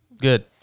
good